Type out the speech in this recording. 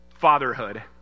fatherhood